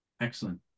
excellent